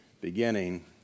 beginning